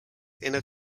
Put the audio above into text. inner